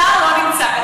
שר לא נמצא כאן.